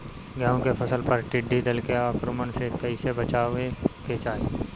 गेहुँ के फसल पर टिड्डी दल के आक्रमण से कईसे बचावे के चाही?